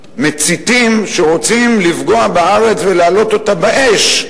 מציתים שרוצים לפגוע בארץ ולהעלות אותה באש,